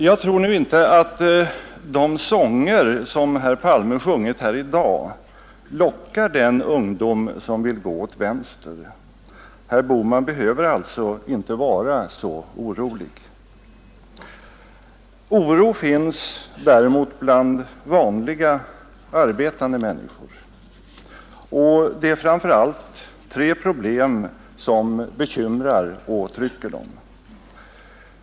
Jag tror emellertid inte att de sånger som herr Palme sjungit här i dag lockar den ungdom som vill gå åt vänster. Herr Bohman behöver alltså inte vara så orolig. Oro finns däremot bland vanliga arbetande människor, och det är framför allt tre problem som bekymrar och trycker dem.